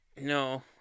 No